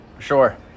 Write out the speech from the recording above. sure